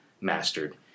mastered